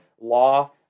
Law